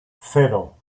cero